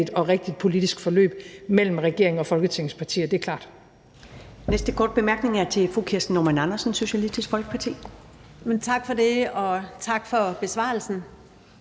og rigtigt politisk forløb mellem regeringen og Folketingets partier. Det er klart.